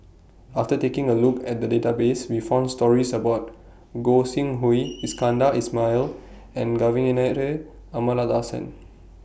after taking A Look At The Database We found stories about Gog Sing Hooi Iskandar Ismail and Kavignareru Amallathasan